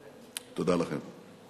תודה לכם.